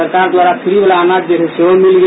सरकार द्वारा फ्री वाला अनाज वह सब भी मिल गया